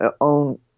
own